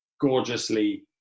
gorgeously